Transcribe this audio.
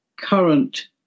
current